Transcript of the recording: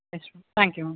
yes ma'am thank you ma'am